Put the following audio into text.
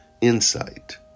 insight